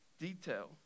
detail